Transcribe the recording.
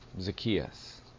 Zacchaeus